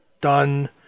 done